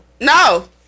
No